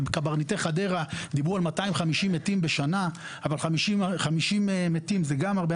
קברניטי חדרה דיברו על 250 מתים בשנה אבל 50 מתים זה גם הרבה.